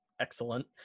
Excellent